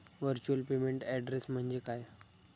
Virtual payment address म्हणजे काय?